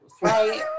right